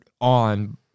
on